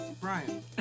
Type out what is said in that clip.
Brian